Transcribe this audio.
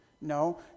No